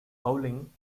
howling